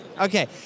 Okay